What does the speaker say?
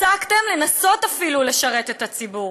הפסקתם אפילו לנסות לשרת את הציבור.